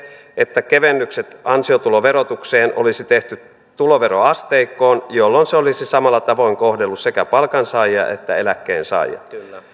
että kevennykset ansiotuloverotukseen olisi tehty tuloveroasteikkoon jolloin se olisi samalla tavoin kohdellut sekä palkansaajia että eläkkeensaajia